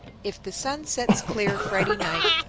if the sun sets clear friday night,